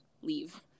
leave